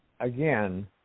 again